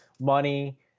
money